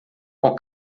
com